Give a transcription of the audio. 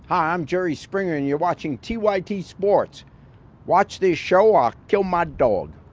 um jerry springer and you're watching t y t sports watch the show octo model